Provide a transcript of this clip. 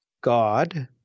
God